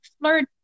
flirt